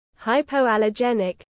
hypoallergenic